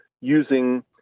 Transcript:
using